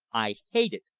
i hate it!